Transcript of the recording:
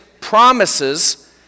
promises